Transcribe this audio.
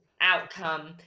outcome